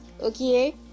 okay